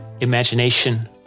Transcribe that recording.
imagination